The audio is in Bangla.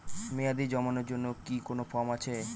মেয়াদী জমানোর জন্য কি কোন ফর্ম আছে?